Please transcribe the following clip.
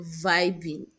vibing